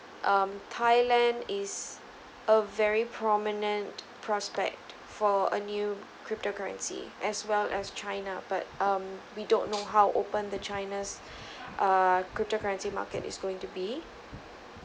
um thailand is a very prominent prospect for a new crypto currency as well as china but um we don't know how open the china's err crypto currency market is going to be